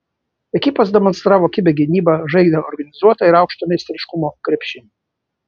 ekipos demonstravo kibią gynybą žaidė organizuotą ir aukšto meistriškumo krepšinį